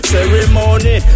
Ceremony